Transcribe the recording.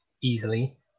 easily